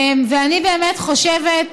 ואני באמת חושבת,